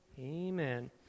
Amen